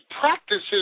practices